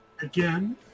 Again